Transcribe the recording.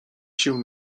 się